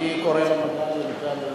אני קורא לו מגלי.